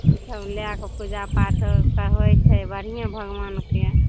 ई सब लै कऽ पूजा पाठ आर सब होइ छै बढ़िएँ भगबानके